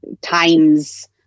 times